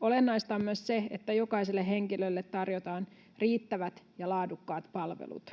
Olennaista on myös se, että jokaiselle henkilölle tarjotaan riittävät ja laadukkaat palvelut.